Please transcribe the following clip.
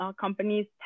companies